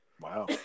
Wow